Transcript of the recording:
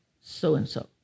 so-and-so